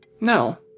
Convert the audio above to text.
No